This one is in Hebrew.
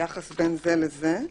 היחס בין זה לזה.